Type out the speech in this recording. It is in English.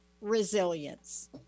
resilience